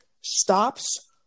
stops